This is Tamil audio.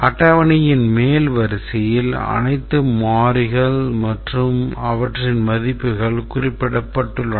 அட்டவணையின் மேல் வரிசைகளில் அனைத்து மாறிகள் மற்றும் அவற்றின் மதிப்புகள் குறிப்பிடப்பட்டுள்ளன